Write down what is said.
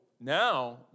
now